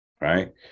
Right